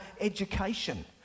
education